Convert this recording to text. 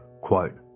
quote